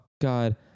God